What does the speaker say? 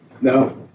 no